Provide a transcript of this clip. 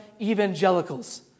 evangelicals